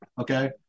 okay